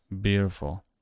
beautiful